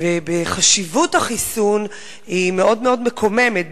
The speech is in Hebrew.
בחשיבות החיסון היא מאוד מאוד מקוממת,